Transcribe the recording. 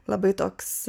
labai toks